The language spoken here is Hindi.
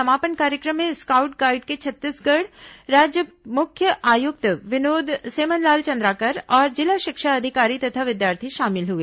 समापन कार्यक्रम में स्काट्स गाइड्स के छत्तीसगढ़ राज्य मुख्य आयुक्त विनोद सेमनलाल चंद्राकर और जिला शिक्षा अधिकारी तथा विद्यार्थी शामिल हुए